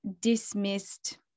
dismissed